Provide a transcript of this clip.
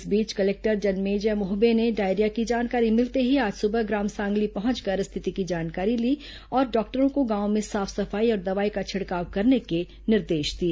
इस बीच कलेक्टर जन्मजेय मोहबे ने डायरिया की जानकारी मिलते ही आज सुबह ग्राम सांगली पहुंचकर स्थिति की जानकारी ली और डॉक्टरों को गांवों में साफ सफाई और दवाई का छिड़काव करने के निर्देश दिए